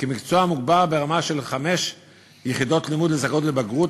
כמקצוע מוגבר ברמה של חמש יחידות לימוד לזכאות לבגרות,